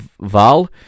Val